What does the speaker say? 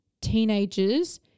teenagers